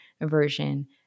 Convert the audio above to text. version